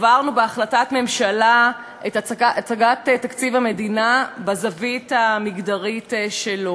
העברנו בהחלטת ממשלה את הצגת תקציב המדינה בזווית המגדרית שלו.